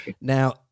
Now